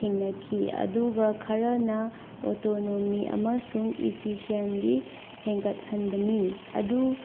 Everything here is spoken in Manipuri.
ꯊꯦꯡꯅꯈꯤ ꯑꯗꯨꯒ ꯈꯔꯅ ꯑꯣꯇꯣꯅꯣꯃꯤ ꯑꯃꯁꯨꯡ ꯏꯐꯤꯁꯦꯟꯗꯤ ꯍꯦꯟꯒꯠꯍꯟꯕꯅꯤ ꯑꯗꯨ